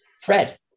Fred